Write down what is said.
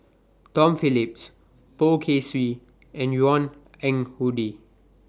Tom Phillips Poh Kay Swee and Yvonne Ng Uhde